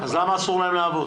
אז למה אסור להם לעבוד?